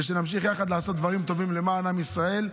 ושנמשיך יחד לעשות דברים טובים למען עם ישראל.